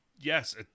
Yes